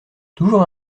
toujours